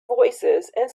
voicesand